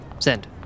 Send